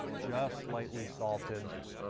just lightly salted.